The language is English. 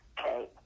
Okay